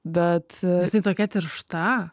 bet ji tokia tiršta